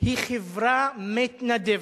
היא חברה מתנדבת.